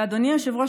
אדוני היושב-ראש,